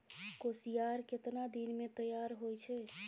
कोसियार केतना दिन मे तैयार हौय छै?